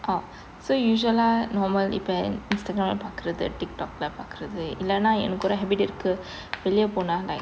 oh so usual ah normal இப்ப:ippa instagram பாக்குறது:paakurathu Tiktok பாக்குறது இல்லைன்னா எனக்கு ஒரு:paakurathu illaina enakku oru habit இருக்கு வெளியே போனா:irukku veliye pona like